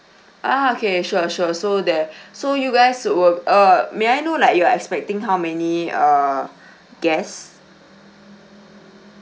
ah okay sure sure so there so you guys would uh may I know like you are expecting how many err guest